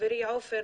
חברי עופר,